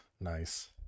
Nice